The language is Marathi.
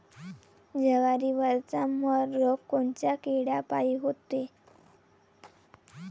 जवारीवरचा मर रोग कोनच्या किड्यापायी होते?